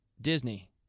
Disney